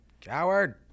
coward